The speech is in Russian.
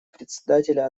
председателя